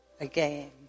again